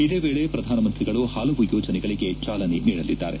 ಇದೇ ವೇಳೆ ಪ್ರಧಾನಮಂತ್ರಿಗಳು ಹಲವು ಯೋಜನೆಗಳಿಗೆ ಚಾಲನೆ ನೀಡಲಿದ್ದಾರೆ